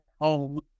home